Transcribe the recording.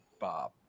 Bob